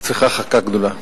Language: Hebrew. את צריכה חכה גדולה.